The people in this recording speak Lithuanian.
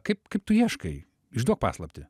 kaip kaip tu ieškai išduok paslaptį